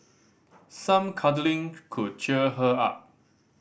some cuddling could cheer her up